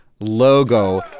logo